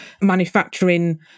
manufacturing